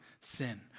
sin